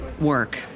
work